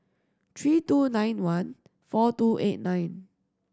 three two nine one four two eight nine